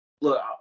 Look